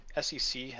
sec